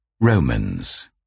Romans